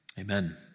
Amen